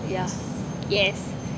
yeah yes